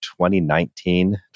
2019